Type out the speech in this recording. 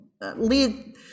lead